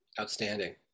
Outstanding